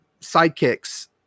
sidekicks